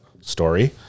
story